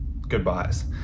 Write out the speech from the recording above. goodbyes